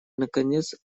наконец